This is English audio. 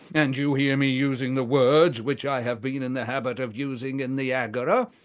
and you hear me using the words which i have been in the habit of using in the agora,